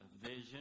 vision